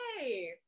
hey